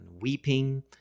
weeping